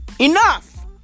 Enough